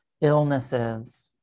illnesses